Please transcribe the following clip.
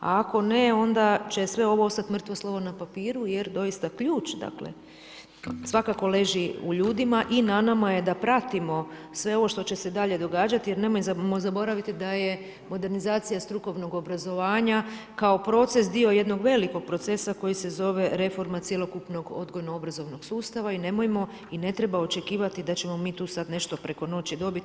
A ako ne, onda će sve ovo ostati mrtvo slovo na papiru jer doista ključ svakako leži u ljudima i na nama je da pratimo sve ovo što će se dalje događati jer nemojmo zaboraviti da je modernizacija strukovnog obrazovanja kao proces dio jednog velikog procesa koji se zove reforma cjelokupnog odgojno-obrazovnog sustava i ne treba očekivati da ćemo mi tu sada nešto preko noći dobiti.